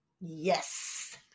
Yes